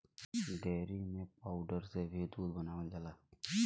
dairy में powder से भी दूध बनावल जाला